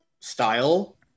style